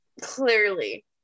Clearly